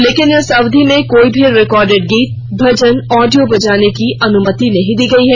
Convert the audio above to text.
लेकिन इस अवधि में कोई भी रिकॉर्डेड गीत भजन ऑडियो बजाने की अनुमति नहीं दी गई है